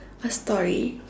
a story